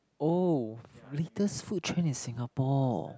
oh latest food trend in Singapore